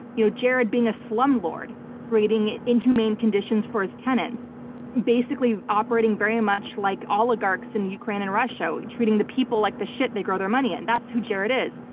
you know jared being a slumlord creating inhumane conditions for his tenants basically operating very much like oligarchs in ukraine and russia, treating the people like the shit they grow their money in, and that's who jared is.